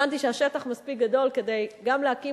הבנתי שהשטח מספיק גדול כדי גם להקים